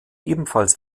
ebenfalls